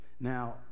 Now